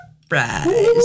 surprise